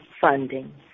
funding